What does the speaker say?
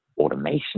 automation